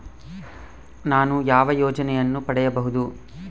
ನಾನು ಯಾವ ಯೋಜನೆಯನ್ನು ಪಡೆಯಬಹುದು?